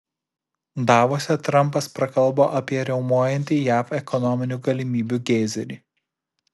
davose trampas prakalbo apie riaumojantį jav ekonominių galimybių geizerį